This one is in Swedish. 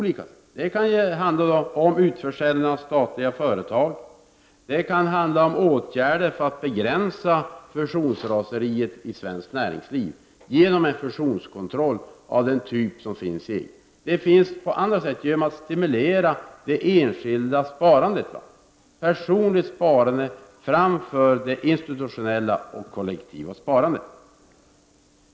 Det kan handla om utförsäljning av statliga företag, och det kan handla om åtgärder för att begränsa fusionsraseriet i svenskt näringsliv genom en fusionskontroll. Det går att stimulera det enskilda sparandet, dvs. personligt sparande framför det institutionella och kollektiva sparandet.